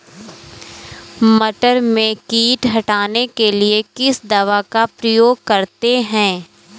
मटर में कीट हटाने के लिए किस दवा का प्रयोग करते हैं?